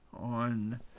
on